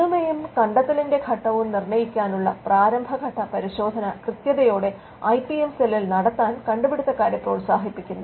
പുതുമയും കണ്ടത്തലിന്റെ ഘട്ടവും നിർണ്ണയിക്കാനുള്ള പ്രാരംഭഘട്ട പരിശോധന കൃത്യതയോടെ ഐ പി എം സെല്ലിൽ നടത്താൻ കണ്ടുപിടുത്തക്കാരെ പ്രോത്സാഹിപ്പിക്കുന്നു